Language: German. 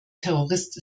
terrorist